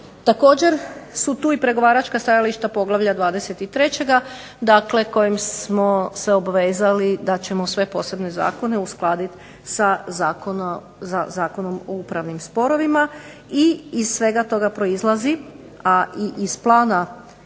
Također su tu i pregovaračka stajališta poglavlja 23., dakle kojim smo se obvezali da ćemo sve posebne zakone uskladiti sa Zakonom o upravnim sporovima, i iz svega toga proizlazi, a i iz plana,